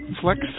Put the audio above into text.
Flex